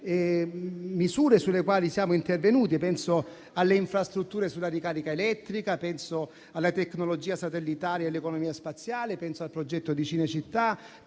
misure sulle quali siamo intervenuti: penso alle infrastrutture sulla ricarica elettrica e alla tecnologia satellitare e all'economia spaziale; penso al progetto di Cinecittà